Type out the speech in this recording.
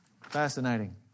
Fascinating